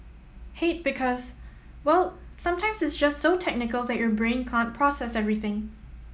hate because well sometimes it's just so technical that your brain can't process everything